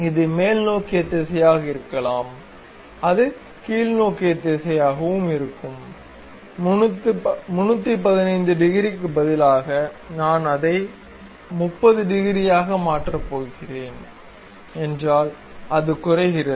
இது மேல்நோக்கிய திசையாக இருக்கலாம் அது கீழ்நோக்கிய திசையாகவும் இருக்கும் 315 டிகிரிக்கு பதிலாக நான் அதை 30 டிகிரியாக மாற்றப் போகிறேன் என்றால் அது குறைகிறது